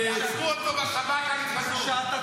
עצרו אותו בשב"כ על התחזות.